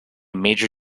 major